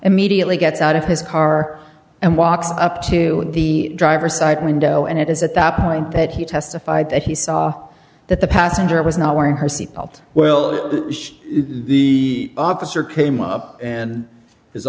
immediately gets out of his car and walks up to the driver side window and it is at that point that he testified that he saw that the passenger was not wearing her seat belt well the officer came up and